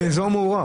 ועם אזור מעורב.